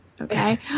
Okay